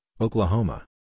Oklahoma